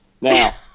now